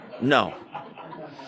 No